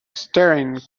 staring